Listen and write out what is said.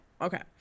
okay